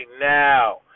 now